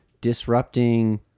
disrupting